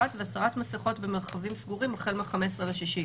והסרת מסכות במרחבים סגורים החל מ-15/06".